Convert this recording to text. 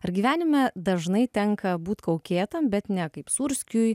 ar gyvenime dažnai tenka būt kaukėtam bet ne kaip sūrskiui